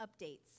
updates